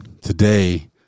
today